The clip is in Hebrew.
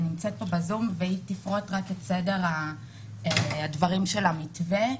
נמצאת בזום והיא תפרוט את סדר הדברים של המתווה.